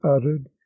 uttered